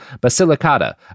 Basilicata